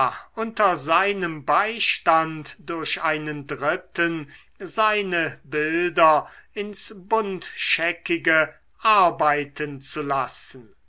unter seinem beistand durch einen dritten seine bilder ins buntscheckige arbeiten wo zu lassen